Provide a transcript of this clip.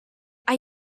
are